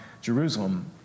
Jerusalem